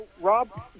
Rob